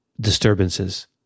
disturbances